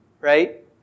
right